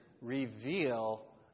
reveal